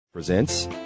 presents